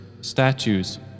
statues